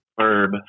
Verb